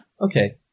Okay